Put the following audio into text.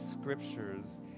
scriptures